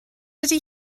ydy